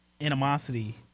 animosity